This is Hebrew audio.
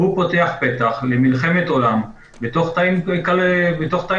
פותח פתח למלחמת עולם בתוך תאים משפחתיים.